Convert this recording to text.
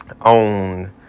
on